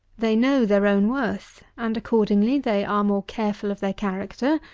they know their own worth and, accordingly, they are more careful of their character,